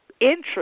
interest